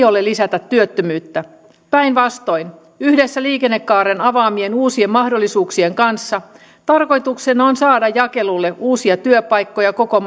ole lisätä työttömyyttä päinvastoin yhdessä liikennekaaren avaamien uusien mahdollisuuksien kanssa tarkoituksena on saada jakelulle uusia työpaikkoja koko